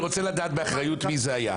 אני רוצה לדעת באחריות מי זה היה.